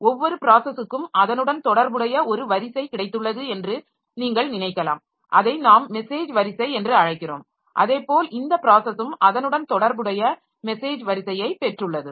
ஒவ்வொரு ப்ராஸஸூக்கும் அதனுடன் தொடர்புடைய ஒரு வரிசை கிடைத்துள்ளது என்று நீங்கள் நினைக்கலாம் அதை நாம் மெசேஜ் வரிசை என்று அழைக்கிறோம் அதேபோல் இந்த ப்ராஸஸூம் அதனுடன் தொடர்புடைய மெசேஜ் வரிசையை பெற்றுள்ளது